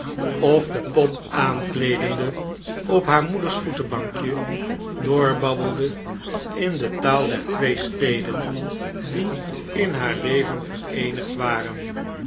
of de pop aankleedende op haar moeders voetenbankje doorbabbelde in de taal der twee steden die in haar leven vereenigd waren